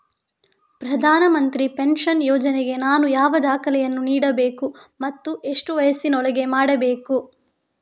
ಪ್ರಧಾನ ಮಂತ್ರಿ ಪೆನ್ಷನ್ ಯೋಜನೆಗೆ ನಾನು ಯಾವ ದಾಖಲೆಯನ್ನು ನೀಡಬೇಕು ಮತ್ತು ಎಷ್ಟು ವಯಸ್ಸಿನೊಳಗೆ ಮಾಡಬೇಕು?